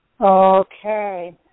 Okay